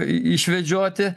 i išvedžioti